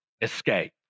escape